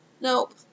Nope